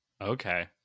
Okay